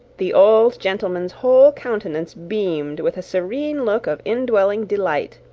the old gentleman's whole countenance beamed with a serene look of indwelling delight,